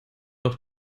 doch